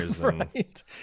right